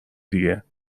دیگه